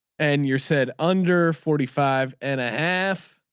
and you're said under forty five and a half